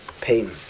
pain